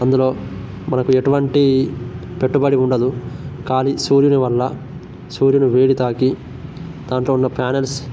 అందులో మనకు ఎటువంటీ పెట్టుబడి ఉండదు కానీ సూర్యుని వల్ల సూర్యుని వేడి తాకి దాంట్లో ఉన్న ప్యానల్స్